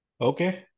Okay